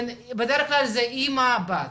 בדרך כלל, זה אמא בת,